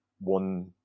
one